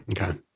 Okay